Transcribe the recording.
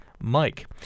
Mike